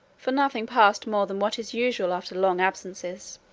for nothing passed more than what is usual after long absences.